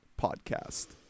podcast